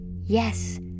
Yes